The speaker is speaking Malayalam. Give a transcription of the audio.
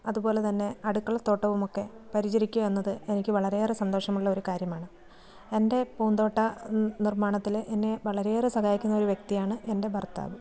അതുപോലെ തന്നെ അടുക്കള തോട്ടവുമൊക്കെ പരിചരിക്കുക എന്നത് എനിക്ക് വളരെ ഏറെ സന്തോഷമുള്ള ഒരു കാര്യമാണ് എൻ്റെ പൂന്തോട്ട നിർമ്മാണത്തിൽ എന്നെ വളരെയേറെ സഹായിക്കുന്ന ഒരു വ്യക്തിയാണ് എൻ്റെ ഭർത്താവ്